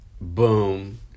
Boom